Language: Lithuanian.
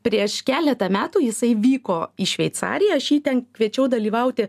prieš keletą metų jisai vyko į šveicariją aš jį ten kviečiau dalyvauti